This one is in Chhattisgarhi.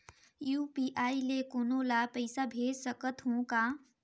यू.पी.आई ले कोनो ला पइसा भेज सकत हों का?